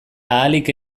ahalik